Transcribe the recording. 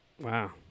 Wow